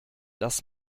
das